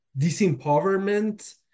disempowerment